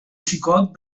xicot